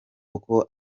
kuko